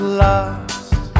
lost